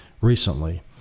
recently